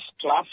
class